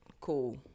cool